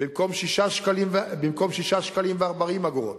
במקום 6.40 ש"ח,